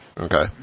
Okay